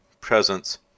Presence